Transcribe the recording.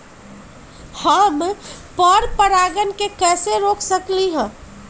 हम पर परागण के कैसे रोक सकली ह?